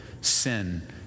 sin